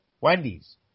Wendy's